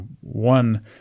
one